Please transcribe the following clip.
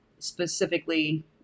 specifically